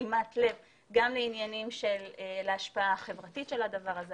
שימת לב גם לעניינים של ההשפעה החברתית של הדבר הזה,